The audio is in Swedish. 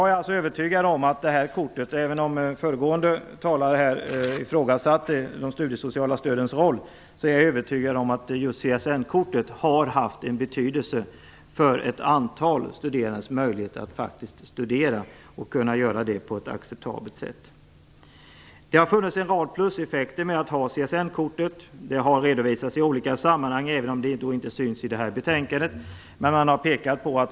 Även om föregående talare ifrågasatte de studiesociala stödens roll är jag övertygad om att just CSN-kortet har haft en betydelse för ett antal studerandes möjligheter att studera och kunna göra det på ett acceptabelt sätt. Det har funnits en rad pluseffekter med att ha CSN-kortet. Det har redovisats i olika sammanhang även om det inte syns i det här betänkandet.